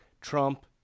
Trump